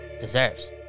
deserves